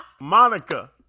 Monica